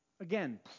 Again